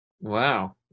wow